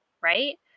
Right